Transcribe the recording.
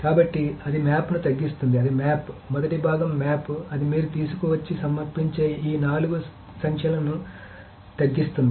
కాబట్టి అది మ్యాప్ను తగ్గిస్తుంది అది మ్యాప్ మొదటి భాగం మ్యాప్ అది మీరు తీసుకువచ్చి సమర్పించే ఈ నాలుగు సంఖ్యలకు తగ్గిస్తుంది